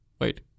Wait